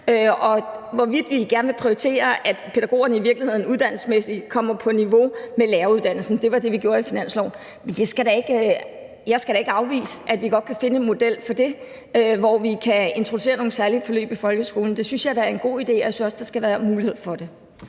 prioriteres. Det skal prioriteres, om pædagogerne i virkeligheden uddannelsesmæssigt skal komme på niveau med lærerne, og det var det, vi gjorde i finansloven. Men jeg skal da ikke afvise, at vi godt kan finde en model for det, hvor vi kan introducere nogle særlige forløb i folkeskolen. Det synes jeg da er en god idé, og jeg synes også, at der skal være mulighed for det.